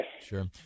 Sure